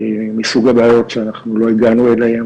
מסוג הבעיות שאנחנו לא הגענו אליהן